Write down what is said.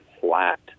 flat